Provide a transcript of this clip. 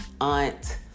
aunt